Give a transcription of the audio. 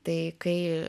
tai kai